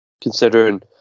considering